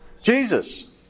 Jesus